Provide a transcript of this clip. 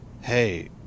hey